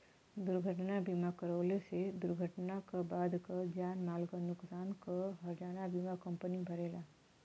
दुर्घटना बीमा करवले से दुर्घटना क बाद क जान माल क नुकसान क हर्जाना बीमा कम्पनी भरेला